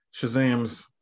Shazam's